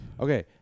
Okay